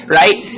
right